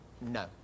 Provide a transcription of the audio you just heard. No